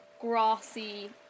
grassy